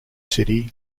city